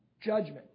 judgment